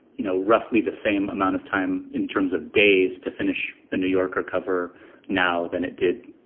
you know, roughly the same amount of time in terms of days to finish a new yorker cover now than it did,